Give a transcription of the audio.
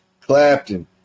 Clapton